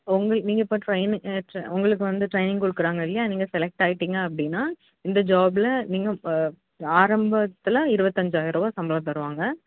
உங்கள் நீங்கள் இப்போ ட்ரைனி உங்களுக்கு வந்து ட்ரைனிங் கொடுக்குறாங்க இல்லையா நீங்கள் செலக்ட் ஆகிட்டீங்க அப்படின்னா இந்த ஜாப்பில் நீங்கள் ஆரம்பத்தில் இருபத்தஞ்சாயிரம் ரூபா சம்பளம் தருவாங்க